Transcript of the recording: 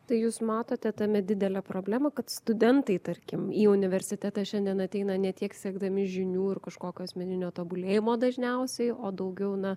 tai jūs matote tame didelę problemą kad studentai tarkim į universitetą šiandien ateina ne tik siekdami žinių ir kažkokio asmeninio tobulėjimo dažniausiai o daugiau na